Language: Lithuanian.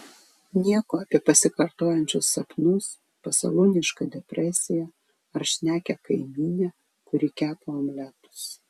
nieko apie pasikartojančius sapnus pasalūnišką depresiją ar šnekią kaimynę kuri kepa omletus